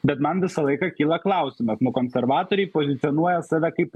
bet man visą laiką kyla klausimas konservatoriai pozicionuoja save kaip